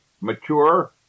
mature